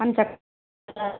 आमच्या